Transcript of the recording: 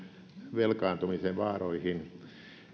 velkaantumisen vaaroihin